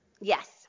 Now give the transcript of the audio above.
Yes